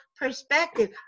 perspective